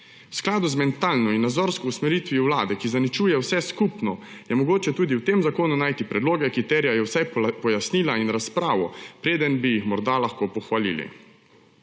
V skladu z mentalno in nazorsko usmeritvijo vlade, ki zaničuje vse skupno, je mogoče tudi v tem zakonu najti predloge, ki terjajo vsaj pojasnila in razpravo, preden bi jih morda lahko pohvalili.